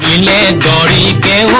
gotten gave